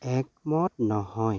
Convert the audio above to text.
একমত নহয়